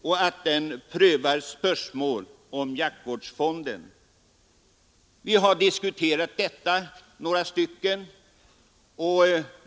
Utskottet säger vidare att utredningen prövar spörsmål om jaktvårdsfonden.